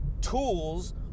tools